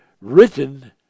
written